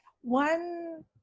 one